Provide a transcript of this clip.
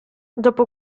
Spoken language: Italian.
dopo